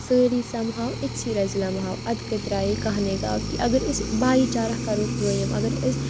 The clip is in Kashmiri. سٲری سَمہاو أکۍ سٕے رَزِ لَمہاو اَدٕ کَتہِ رایے کَہہ نَے گاو کہِ اگر أسۍ بھایی چارہ کَرو قٲیِم اگر أسۍ